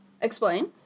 Explain